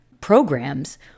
programs